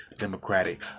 Democratic